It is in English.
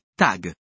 tag